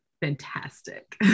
fantastic